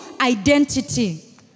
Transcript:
identity